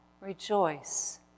rejoice